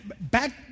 back